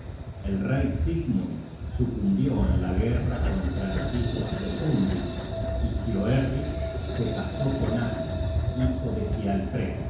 el rey sigmund sucumbió en la guerra contra los hijos de hunding y hioerdis se casó con alf hijo de